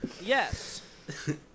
Yes